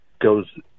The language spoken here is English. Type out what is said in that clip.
goes